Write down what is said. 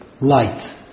light